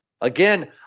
Again